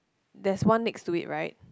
there's one next to it right